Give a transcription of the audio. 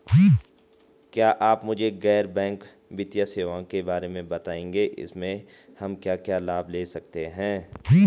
क्या आप मुझे गैर बैंक वित्तीय सेवाओं के बारे में बताएँगे इसमें हम क्या क्या लाभ ले सकते हैं?